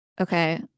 Okay